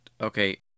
Okay